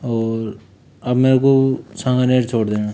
और अब मेरे को सांगानेर छोड़ देना